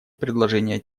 предложения